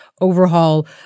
overhaul